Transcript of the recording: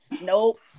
Nope